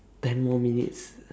ten more minutes